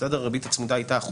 הריבית הצמודה הייתה 1%,